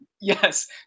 yes